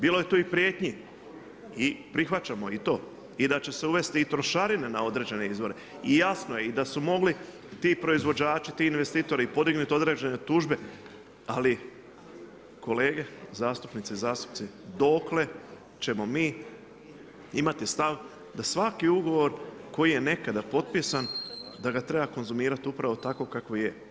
Bilo je tu i prijetnji, i prihvaćamo i to i da će se uvesti i trošarine na određene izvore i jasno je da su mogli ti proizvođači, ti investitori podignuti određene tužbe, ali kolege zastupnice i zastupnici, dokle ćemo mi imati stav da svaki ugovor koji je nekada potpisan da ga treba konzumirati upravo tako kao je.